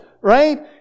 right